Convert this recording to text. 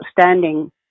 outstanding